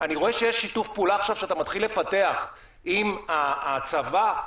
אני רואה שיש שיתוף פעולה שאתה מתחיל לפתח עם הצבא עכשיו.